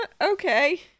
okay